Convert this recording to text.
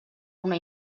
una